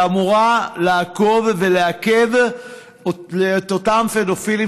שאמורה לעקוב ולעכב את אותם פדופילים